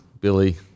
Billy